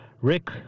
Rick